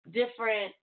different